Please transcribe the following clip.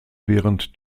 während